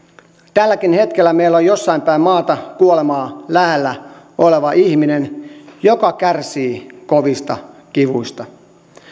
tälläkin hetkellä meillä on jossain päin maata kuolemaa lähellä oleva ihminen joka kärsii kovista kivuista